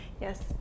Yes